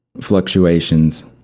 fluctuations